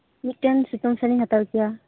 ᱢᱤᱫᱴᱮᱱ ᱥᱩᱛᱟᱹᱢ ᱥᱟᱹᱲᱤᱧ ᱦᱟᱛᱟᱣ ᱠᱮᱭᱟ